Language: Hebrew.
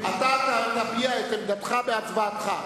אתה תעלה להביע את עמדתך בהצבעתך.